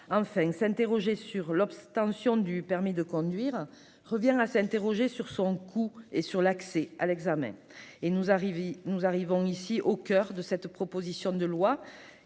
Enfin, s'interroger sur l'obtention du permis de conduire revient à s'interroger sur son coût et sur l'accès à l'examen. Nous arrivons ici au coeur de cette proposition de loi,